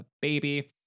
baby